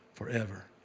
Forever